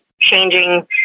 changing